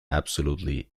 absolutely